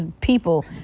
people